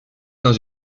dans